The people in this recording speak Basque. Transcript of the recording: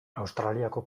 australiako